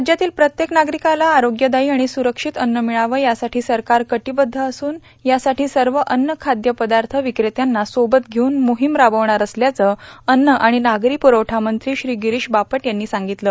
राज्यातील प्रत्येक नागरिकाला आरोग्यदायी आणि सुरक्षित अव्न मिळावं यासाठी सरकार कटीबद्ध असून यासाठी सर्व अन्न खाद्यपदार्थ विकेत्यांना सोबत घेऊन मोहीम राबविणार असल्याचं अज्ज आणि नागरी प्रखठा मंत्री श्री गिरीश बापट यांनी सांगितलं